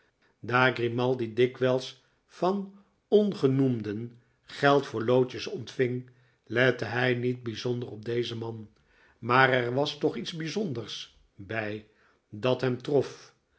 daar grimaldi dikwijls van ongenoemden geld voor lootjes ontving lette hi niet bijzonder op dezen man maar er was toch iets bijzonders bij dat hem trof